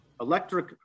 Electric